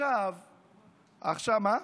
איפה?